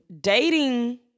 Dating